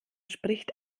spricht